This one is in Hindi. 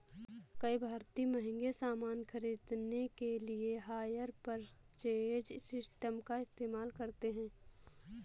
कई भारतीय महंगे सामान खरीदने के लिए हायर परचेज सिस्टम का इस्तेमाल करते हैं